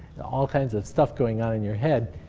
all kinds of stuff going on in your head.